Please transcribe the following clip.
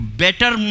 better